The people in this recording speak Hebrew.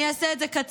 אני אעשה את זה קצר.